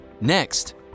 next